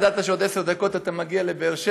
ידעת שעוד עשר דקות אתה מגיע לבאר שבע.